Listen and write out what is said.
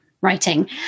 writing